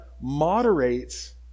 moderates